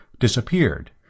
disappeared